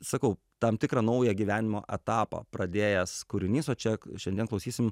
sakau tam tikrą naują gyvenimo etapą pradėjęs kūrinys o čia šiandien klausysim